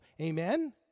Amen